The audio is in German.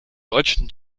deutschen